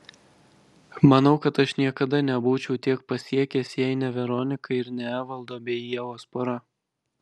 manau kad aš niekada nebūčiau tiek pasiekęs jei ne veronika ir ne evaldo bei ievos pora